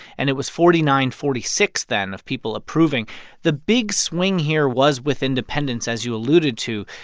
and it was forty nine forty six then of people approving the big swing here was with independents, as you alluded to.